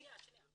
שניה, שניה.